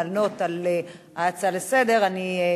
לענות על ההצעה לסדר-היום,